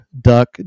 duck